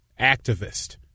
activist